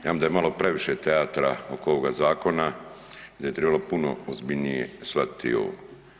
Ja mislim da je malo previše teatra oko ovoga zakona i da je trebalo puno ozbiljnije shvatiti ovo.